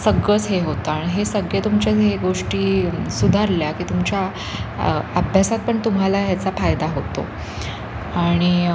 सगळंच हे होतं आणि हे सगळे तुमच्या हे गोष्टी सुधारल्या की तुमच्या अभ्यासात पण तुम्हाला ह्याचा फायदा होतो आणि